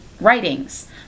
writings